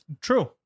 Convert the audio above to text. true